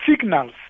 signals